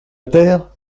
terre